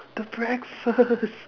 the breakfast